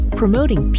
promoting